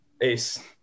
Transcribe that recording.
ace